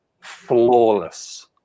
flawless